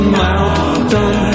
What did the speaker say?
mountain